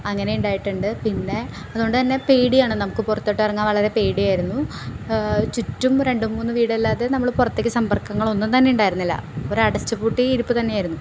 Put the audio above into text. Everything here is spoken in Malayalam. അങ്ങനെ ഉണ്ടായിട്ടുണ്ട് പിന്നെ അതു കൊണ്ടു തന്നെ പേടിയാണ് നമുക്ക് പുറത്തോട്ടിറങ്ങാൻ വളരെ പേടിയായിരുന്നു ചുറ്റും രണ്ടു മൂന്ന് വീടല്ലാതെ നമ്മൾ പുറത്തേക്ക് സമ്പർക്കങ്ങളൊന്നും തന്നെ ഉണ്ടായിരുന്നില്ല ഒരടച്ചു പൂട്ടി ഇരിപ്പു തന്നെ ആയിരുന്നു